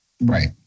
Right